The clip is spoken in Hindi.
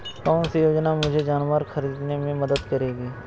कौन सी योजना मुझे जानवर ख़रीदने में मदद करेगी?